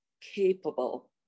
capable